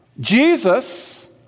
Jesus